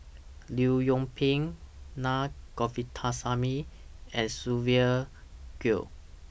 Leong Yoon Pin Na Govindasamy and Sylvia Kho